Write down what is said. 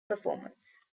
performance